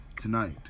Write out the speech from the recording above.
Tonight